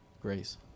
Grace